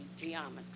geometry